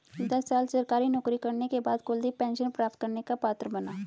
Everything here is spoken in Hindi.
दस साल सरकारी नौकरी करने के बाद कुलदीप पेंशन प्राप्त करने का पात्र बना